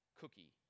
cookie